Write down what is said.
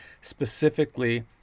specifically